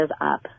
up